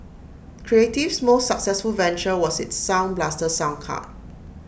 creative's most successful venture was its sound blaster sound card